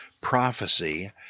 prophecy